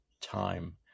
time